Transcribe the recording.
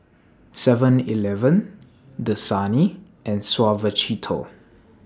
Seven Eleven Dasani and Suavecito